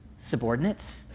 subordinates